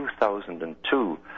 2002